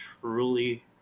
truly